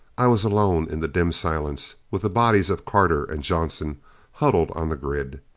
i was alone in the dim silence, with the bodies of carter and johnson huddled on the grid.